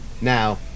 Now